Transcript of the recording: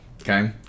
okay